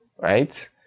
Right